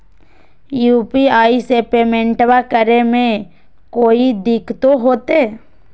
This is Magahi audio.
यू.पी.आई से पेमेंटबा करे मे कोइ दिकतो होते?